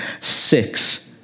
six